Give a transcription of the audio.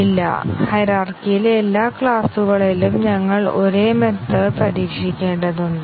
ഇല്ല ഹയിരാർക്കിയിലെ എല്ലാ ക്ലാസുകളിലും ഞങ്ങൾ ഒരേ മെത്തേഡ് പരീക്ഷിക്കേണ്ടതുണ്ട്